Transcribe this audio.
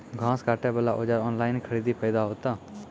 घास काटे बला औजार ऑनलाइन खरीदी फायदा होता?